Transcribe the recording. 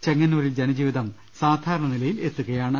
ചെങ്ങന്നൂരിൽ ജനജീവിതം സാധാരണ നിലയിലെത്തുകയാണ്